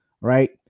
right